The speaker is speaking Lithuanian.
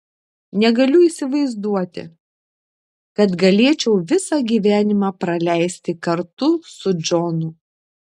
negaliu įsivaizduoti kad galėčiau visą gyvenimą praleisti kartu su džonu